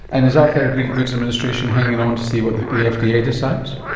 and is our therapeutic goods administration hanging on to see what the yeah fda yeah decides?